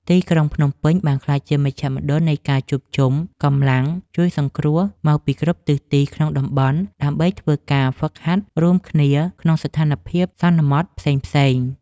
ទីក្រុងភ្នំពេញបានក្លាយជាមជ្ឈមណ្ឌលនៃការជួបជុំកម្លាំងជួយសង្គ្រោះមកពីគ្រប់ទិសទីក្នុងតំបន់ ដើម្បីធ្វើការហ្វឹកហាត់រួមគ្នាក្នុងស្ថានភាពសន្មតផ្សេងៗ។